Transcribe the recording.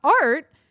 art